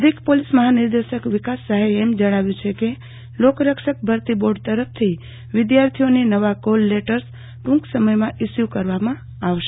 અધિક્ષક પોલીસ મહાનિર્દેશક વિકાસ સહાયે એમ પણ જણાવ્યુ છે કે લોકરક્ષક ભરતી બોર્ડ તરફથી પરીક્ષાર્થીઓને નવા કોલ લેટર્સ ટુંક સમયમાં ઈસ્યુ કરવામાં આવશે